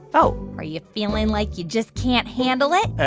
oh are you feeling like you just can't handle it?